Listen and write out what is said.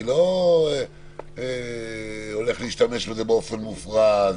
אני לא הולך להשתמש בזה באופן מופרז,